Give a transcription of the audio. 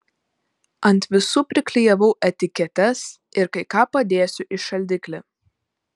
ant visų priklijavau etiketes ir kai ką padėsiu į šaldiklį